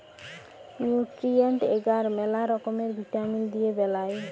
nutrient এগার ম্যালা রকমের ভিটামিল দিয়ে বেলায়